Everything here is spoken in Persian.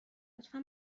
لطفا